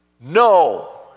no